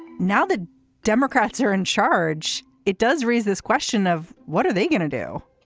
now the democrats are in charge. it does raise this question of what are they going to do.